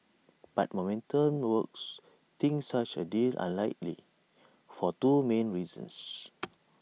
but momentum works thinks such A deal unlikely for two main reasons